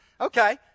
Okay